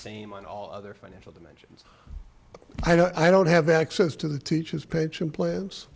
same on all other financial dimensions i don't have access to the teachers pension plans